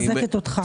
מחזקת אותך.